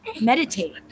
meditate